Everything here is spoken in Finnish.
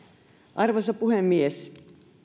arvoisa puhemies